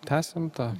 tęsiam tą